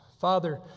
father